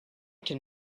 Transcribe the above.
can